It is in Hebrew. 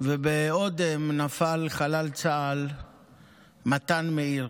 ומאודם נפל חלל צה"ל מתן מאיר.